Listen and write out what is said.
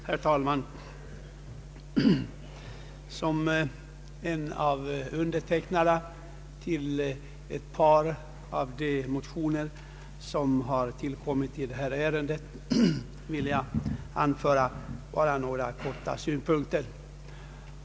Herr talman! Eftersom jag har undertecknat ett par av de motioner vilka inkommit i detta ärende vill jag i korthet anföra några synpunkter.